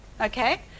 Okay